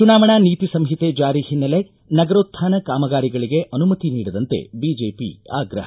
ಚುನಾವಣಾ ನೀತಿ ಸಂಹಿತೆ ಜಾರಿ ಹಿನ್ನೆಲೆ ನಗರೋತ್ಮಾನ ಕಾಮಗಾರಿಗಳಿಗೆ ಅನುಮತಿ ನೀಡದಂತೆ ಬಿಜೆಪಿ ಆಗ್ರಹ